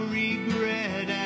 regret